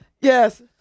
Yes